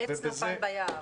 עץ נפל ביער.